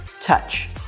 Touch